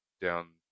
down